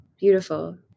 Beautiful